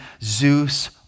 Zeus